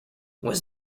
was